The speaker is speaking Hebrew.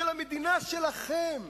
של המדינה שלכם,